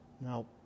Now